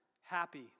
happy